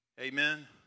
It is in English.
Amen